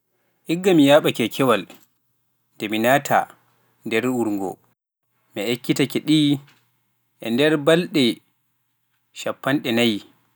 Igga mi yaaɓa keekewal e mi naata nder wurngo, mi ekkitake-ɗi e nder balɗe cappanɗe nayi.